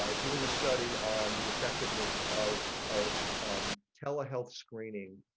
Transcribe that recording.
um doing a study on the effectiveness of of tele health screening.